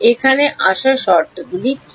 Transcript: এখানে আসার শর্তগুলি কী